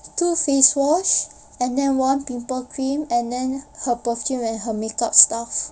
two face wash and then one pimple cream and then her perfume and her makeup stuff